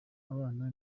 abana